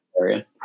area